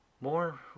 more